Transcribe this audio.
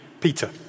Peter